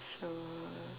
so